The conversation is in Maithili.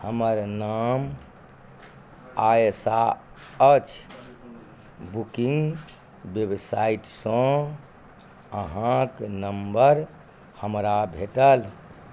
हमर नाम आयशा अछि बुकिंग वेबसाइटसँ अहाँक नम्बर हमरा भेटल